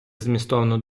змістовну